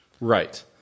Right